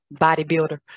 bodybuilder